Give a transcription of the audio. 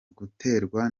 guterwa